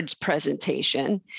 presentation